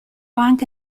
anche